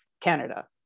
Canada